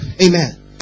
amen